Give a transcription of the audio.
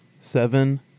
Seven